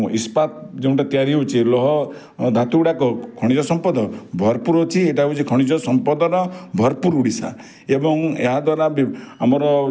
ଇସ୍ପାତ୍ ଯେଉଁଟା ତିଆରି ହେଉଛି ଲୌହ ଧାତୁ ଗୁଡ଼ାକ ଖଣିଜ ସମ୍ପଦ ଭରପୁର ଅଛି ଏଇଟା ହେଉଛି ଖଣିଜ ସମ୍ପଦର ଭରପୁର ଓଡ଼ିଶା ଏବଂ ଏହା ଦ୍ଵାରା ଆମର